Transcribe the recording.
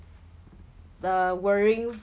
the worrying